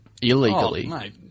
Illegally